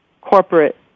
corporate